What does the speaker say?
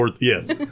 Yes